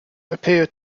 appear